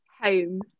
home